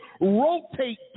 rotate